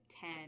Ten